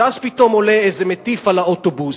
ואז פתאום עולה איזה מטיף לאוטובוס,